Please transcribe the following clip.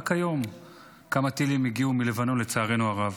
רק היום כמה טילים הגיעו מלבנון, לצערנו הרב.